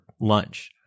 lunch